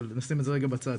אבל נשים את זה רגע בצד.